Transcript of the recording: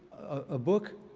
a book,